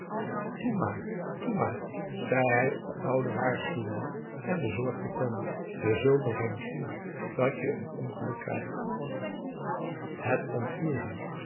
maar toe maar zei hij op den ouden waarschuwenden en bezorgden toon je zult nog eens zien dat je een ongeluk krijgt het ontviel hem